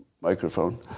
microphone